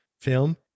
film